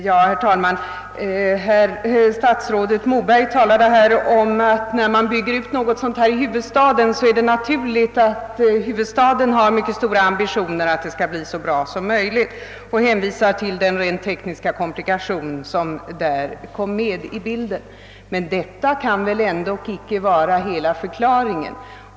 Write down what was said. Herr talman! Herr statsrådet Moberg sade att när man bygger ut en institution som denna i huvudstaden, är det naturligt att huvudstaden har mycket stora ambitioner och vill att det skall bli så bra som möjligt. Han hänvisade till den rent tekniska komplikation som här kommit med i bilden. Men detta kan väl ändå inte vara hela förklaringen.